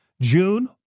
June